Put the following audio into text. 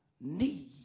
need